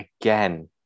again